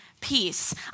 peace